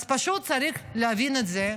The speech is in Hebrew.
פשוט צריך להבין את זה,